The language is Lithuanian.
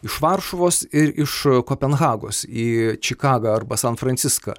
iš varšuvos ir iš kopenhagos į čikagą arba san franciską